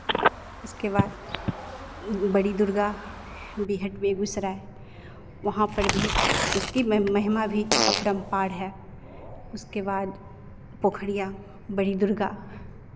उसके बाद बड़ी दुर्गा बिहट बेगुसराय वहां पर भी उसकी महिमा भी अपरम्पार है उसके बाद पोखरिया बड़ी दुर्गा